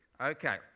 Okay